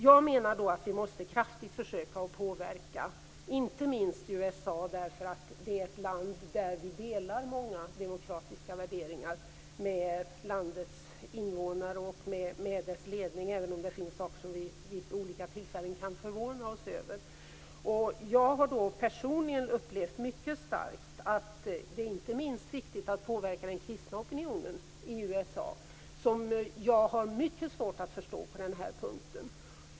Jag menar att vi måste försöka att kraftigt påverka inte minst USA. Vi delar ju många demokratiska värderingar med detta lands invånare och med dess ledning, även om det finns saker som vi vid olika tillfällen kan förvåna oss över. Jag har personligen mycket starkt upplevt att det inte minst är viktigt att påverka den kristna opinionen i USA, vilken jag har mycket svårt att förstå på den här punkten.